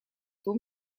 том